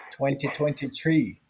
2023